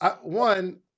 One